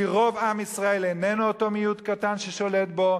כי רוב עם ישראל איננו אותו מיעוט קטן ששולט בו.